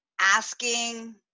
Asking